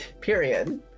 Period